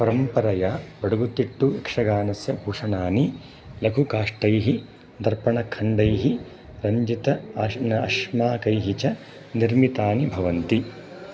परम्परया बडगुतिट्टु यक्षगानस्य भूषणानि लघुकाष्टैः दर्पणखण्डैः रञ्जितैः आश्ना अश्माकैः च निर्मितानि भवन्ति